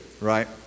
right